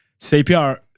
CPR